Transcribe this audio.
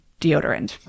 deodorant